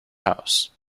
house